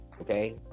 okay